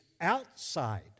outside